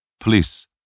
Police